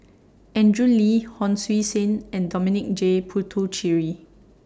Andrew Lee Hon Sui Sen and Dominic J Puthucheary